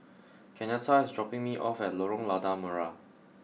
Kenyatta is dropping me off at Lorong Lada Merah